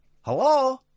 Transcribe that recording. Hello